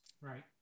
right